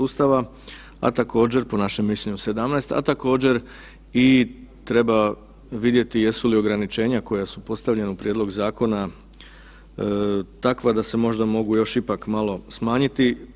Ustava, a također, po našem mislim 17., a također i treba vidjeti jesu li ograničenja koja su postavljena u prijedlog zakona takva da se možda mogu još ipak malo smanjiti.